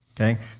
Okay